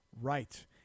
Right